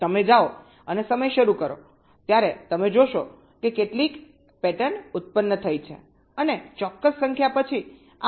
તમે જાઓ અને સમય શરૂ કરો ત્યારે તમે જોશો કે કેટલીક પેટર્ન પેદા થઈ છે અને ચોક્કસ સંખ્યા પછી આ 1 0 0 0 પુનરાવર્તન થઈ રહ્યું છે